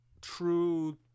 true